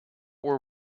were